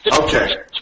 Okay